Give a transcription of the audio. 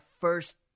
first